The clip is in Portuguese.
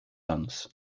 anos